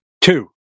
Two